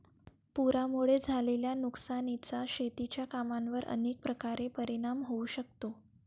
पुरामुळे झालेल्या नुकसानीचा शेतीच्या कामांवर अनेक प्रकारे परिणाम होऊ शकतो